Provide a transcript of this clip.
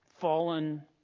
fallen